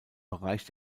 bereich